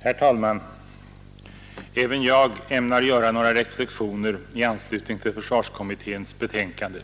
Herr talman! Även jag ämnar göra några reflexioner i anslutning till försvarsutredningens betänkande.